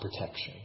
protection